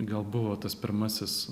gal buvo tas pirmasis